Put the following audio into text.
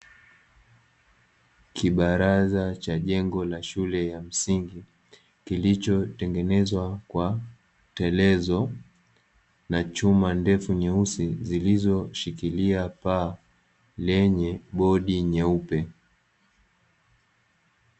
Kibaraza cha jengo la shule ya msingi kilichotengenezwa kwa telezo na chuma ndefu nyeusi zilizoshikilia paa lenye bodi nyeupe.